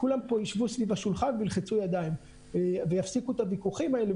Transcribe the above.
כולם פה ישבו סביב השולחן וילחצו ידיים ויפסיקו את הוויכוחים האלה.